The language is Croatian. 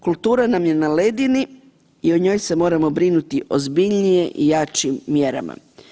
Kulture nam je na ledini i o njoj se moramo brinuti ozbiljnije i jačim mjerama.